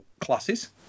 classes